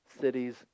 cities